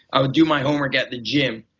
i would do my homework at the gym.